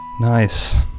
nice